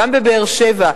גם בבאר-שבע,